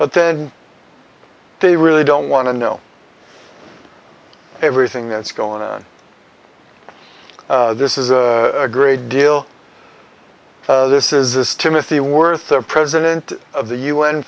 but then they really don't want to know everything that's going on this is a great deal this is this timothy worth of president of the u